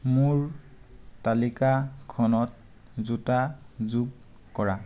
মোৰ তালিকাখনত জোতা যোগ কৰা